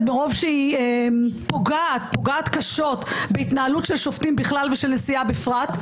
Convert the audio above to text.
מרוב שהיא פוגעת קשות בהתנהלות של שופטים בכלל ושל נשיאה בפרט,